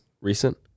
recent